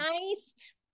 nice